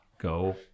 go